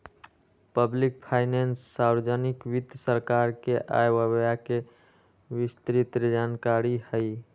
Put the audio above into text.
public finance सार्वजनिक वित्त सरकार के आय व व्यय के विस्तृतजानकारी हई